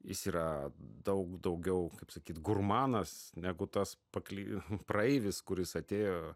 jis yra daug daugiau kaip sakyt gurmanas negu tas pakly praeivis kuris atėjo